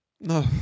No